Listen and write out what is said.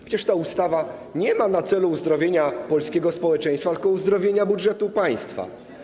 Przecież ta ustawa nie ma na celu uzdrowienia polskiego społeczeństwa, tylko uzdrowienie budżetu państwa.